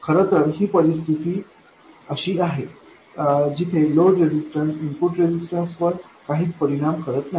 खरं तर ही अशी परिस्थिती आहे जिथे लोड रेजिस्टन्स इनपुट रेजिस्टन्स वर काहीच परिणाम करत नाही